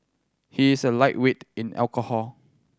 he is a lightweight in alcohol